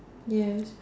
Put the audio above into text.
yes